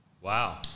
Wow